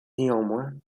néanmoins